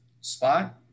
spot